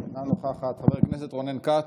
אינה נוכחת, חבר הכנסת רונן כץ,